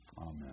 Amen